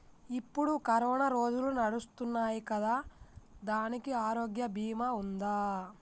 ఇప్పుడు కరోనా రోజులు నడుస్తున్నాయి కదా, దానికి ఆరోగ్య బీమా ఉందా?